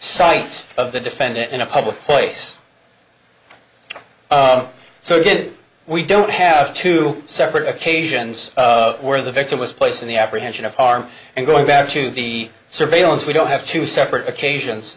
sight of the defendant in a public place so good we don't have to separate occasions where the victim was placed in the apprehension of harm and going back to the surveillance we don't have two separate occasions